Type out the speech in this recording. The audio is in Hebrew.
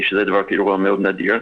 שזה אירוע מאוד נדיר,